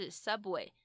subway